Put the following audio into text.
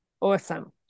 Awesome